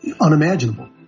unimaginable